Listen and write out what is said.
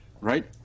right